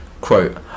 quote